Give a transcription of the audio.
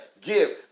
give